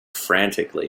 frantically